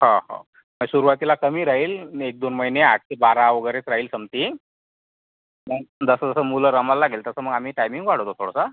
हो हो तर सुरवातीला कमी राहील एक दोन महिने आठ ते बारा वगैरेच राहील समथिंग मग जसं जसं मुलं रमायला लागेल तसं आम्ही टायमिंग वाढवतो थोडासा